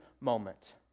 moment